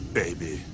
baby